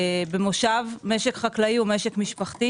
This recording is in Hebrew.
במושב משק הוא משק משפחתי.